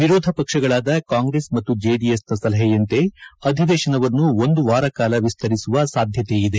ವಿರೋಧ ಪಕ್ಷಗಳಾದ ಕಾಂಗ್ರೆಸ್ ಮತ್ತು ಜೆಡಿಎಸ್ ನ ಸಲಹೆಯಂತೆ ಅಧಿವೇಶನವನ್ನು ಒಂದು ವಾರ ಕಾಲ ವಿಸ್ತರಿಸುವ ಸಾಧ್ಯತೆ ಇದೆ